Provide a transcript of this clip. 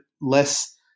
less